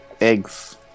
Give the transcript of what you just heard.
eggs